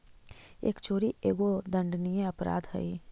कर चोरी एगो दंडनीय अपराध हई